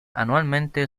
anualmente